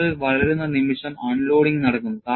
വിള്ളൽ വളരുന്ന നിമിഷം അൺലോഡിംഗ് നടക്കുന്നു